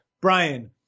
Brian –